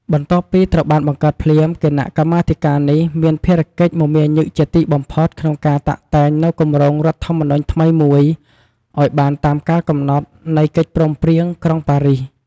បន្ទាប់ពីត្រូវបានបង្កើតភ្លាម គណៈកម្មាធិការនេះមានភារកិច្ចមមាញឹកជាទីបំផុតក្នុងការតាក់តែងនូវគម្រោងរដ្ឋធម្មនុញ្ញថ្មីមួយឱ្យបានតាមកាលកំណត់ នៃកិច្ចព្រមព្រៀងក្រុងប៉ារីស។